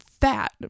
fat